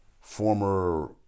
former